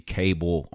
cable